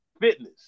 Fitness